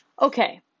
Okay